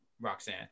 Roxanne